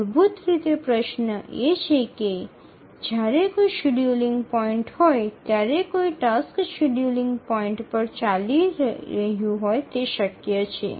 મૂળભૂત રીતે પ્રશ્ન એ છે કે જ્યારે કોઈ શેડ્યૂલિંગ પોઇન્ટ હોય ત્યારે કોઈ ટાસ્ક શેડ્યૂલિંગ પોઇન્ટ પર ચાલી રહ્યું હોય તે શક્ય છે